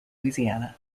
louisiana